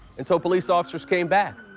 and so police officers came back.